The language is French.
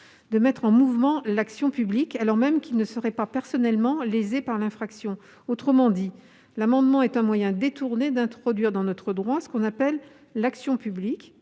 de mettre en mouvement l'action publique, alors même qu'il ne serait pas personnellement lésé par l'infraction. Autrement dit, c'est un moyen détourné d'introduire dans notre droit ce que l'on appelle « l'action populaire